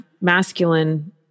masculine